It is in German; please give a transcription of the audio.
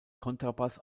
kontrabass